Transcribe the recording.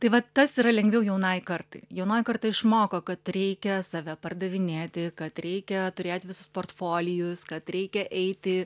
tai va tas yra lengviau jaunai kartai jaunoji karta išmoko kad reikia save pardavinėti kad reikia turėt visus portfolijus kad reikia eiti